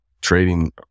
trading